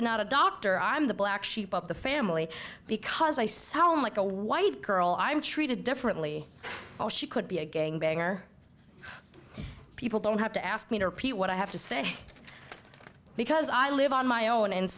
i'm not a doctor i'm the black sheep of the family because i sound like a white girl i'm treated differently oh she could be a gang banger people don't have to ask me to repeat what i have to say because i live on my own